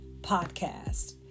Podcast